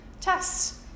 tests